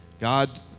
God